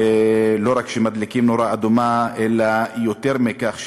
ולא רק שהם מדליקים נורה אדומה אלא יותר מכך,